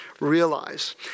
realize